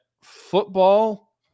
football